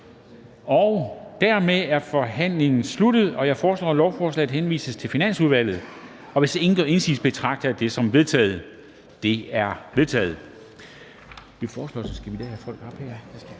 og dermed er forhandlingen sluttet. Jeg foreslår, at lovforslaget henvises til Finansudvalget, og hvis ingen gør indsigelse, betragter jeg det som vedtaget. Det er vedtaget.